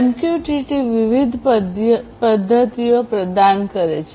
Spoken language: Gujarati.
એમક્યુટીટી વિવિધ પદ્ધતિઓ પ્રદાન કરે છે